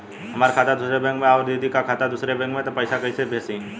हमार खाता दूसरे बैंक में बा अउर दीदी का खाता दूसरे बैंक में बा तब हम कैसे पैसा भेजी?